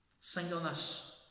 singleness